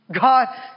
God